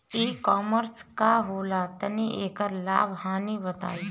E commerce का होला तनि एकर लाभ हानि बताई?